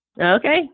Okay